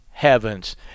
heavens